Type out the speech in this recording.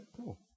cool